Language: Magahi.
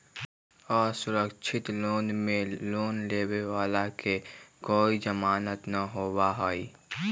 असुरक्षित लोन में लोन लेवे वाला के कोई जमानत न होबा हई